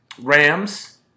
Rams